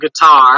guitar